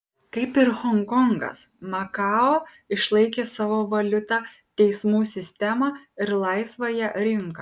kaip ir honkongas makao išlaikė savo valiutą teismų sistemą ir laisvąją rinką